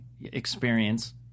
experience